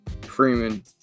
Freeman